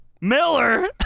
Miller